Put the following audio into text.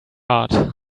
art